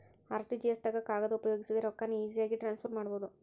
RTGS ದಾಗ ಕಾಗದ ಉಪಯೋಗಿಸದೆ ರೊಕ್ಕಾನ ಈಜಿಯಾಗಿ ಟ್ರಾನ್ಸ್ಫರ್ ಮಾಡಬೋದು